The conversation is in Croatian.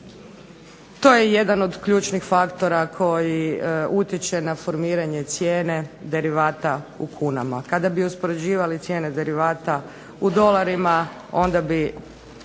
To je jedan od ključnih faktora koji utječe na formiranje cijene derivata u kunama. Kada bi uspoređivali cijene derivata u dolarima onda bi